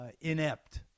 inept